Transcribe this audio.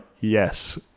yes